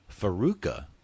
Faruka